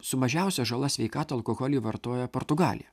su mažiausia žala sveikatai alkoholį vartoja portugalija